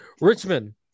Richmond